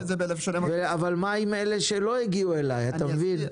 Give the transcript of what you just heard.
מה עם אלה שלא הגיעו אלי, אתה מבין?